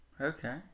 Okay